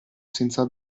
senza